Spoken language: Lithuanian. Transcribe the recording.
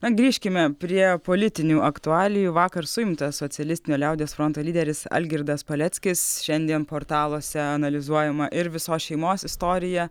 na grįžkime prie politinių aktualijų vakar suimtas socialistinio liaudies fronto lyderis algirdas paleckis šiandien portaluose analizuojama ir visos šeimos istorija